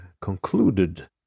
concluded